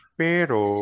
pero